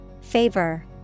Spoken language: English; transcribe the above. Favor